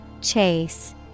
Chase